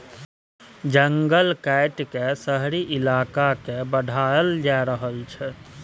जंगल काइट के शहरी इलाका के बढ़ाएल जा रहल छइ